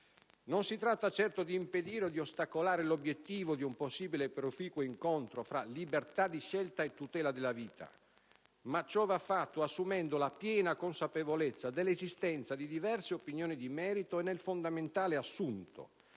Non si tratta, certo, di impedire od ostacolare l'obiettivo di un possibile proficuo incontro tra libertà di scelta e tutela della vita, ma ciò va fatto assumendo la piena consapevolezza dell'esistenza di diverse opinioni di merito e nel fondamentale assunto